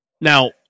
Now